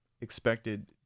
expected